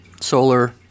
Solar